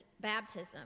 baptism